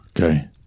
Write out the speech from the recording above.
Okay